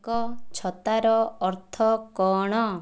ଏକ ଛତାର ଅର୍ଥ କଣ